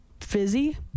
fizzy